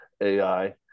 AI